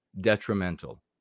detrimental